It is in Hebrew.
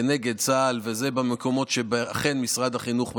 כנגד צה"ל, וזה במקומות שאכן משרד החינוך מממן.